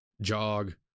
jog